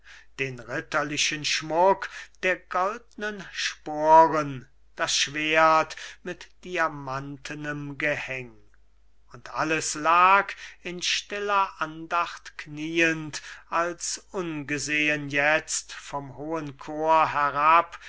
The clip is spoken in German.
den ritterlichen schmuck der goldnen sporen das schwert mit diamantenem gehäng und alles lag in stiller andacht knieend als ungesehen jetzt vom hohen chor herab